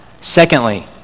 Secondly